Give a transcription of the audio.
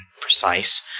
precise